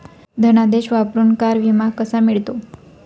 धनादेश वापरून कार विमा कसा मिळतो?